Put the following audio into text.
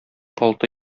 алты